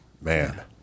Man